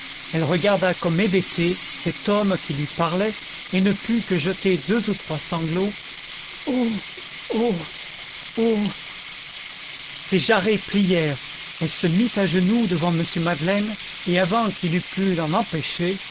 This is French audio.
elle regarda comme hébétée cet homme qui lui parlait et ne put que jeter deux ou trois sanglots oh oh oh ses jarrets plièrent elle se mit à genoux devant m madeleine et avant qu'il eût pu l'en empêcher